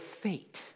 fate